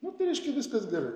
nu tai reiškia viskas gerai